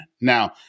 Now